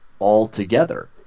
altogether